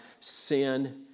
sin